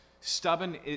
Stubborn